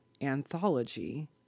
anthology